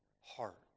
heart